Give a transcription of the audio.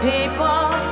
People